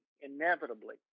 inevitably